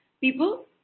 people